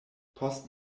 post